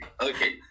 Okay